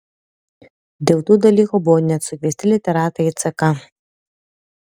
dėl tų dalykų buvo net sukviesti literatai į ck